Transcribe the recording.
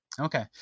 Okay